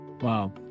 Wow